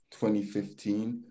2015